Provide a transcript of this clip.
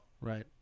Right